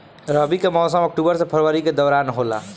रबी के मौसम अक्टूबर से फरवरी के दौरान होला